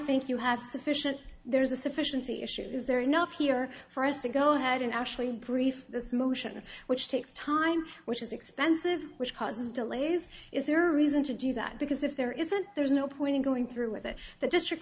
think you have sufficient there's a sufficiency issue is there enough here for us to go ahead and actually brief this motion which takes time which is expensive which causes delays is there reason to do that because if there isn't there's no point in going through with it the district